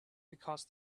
because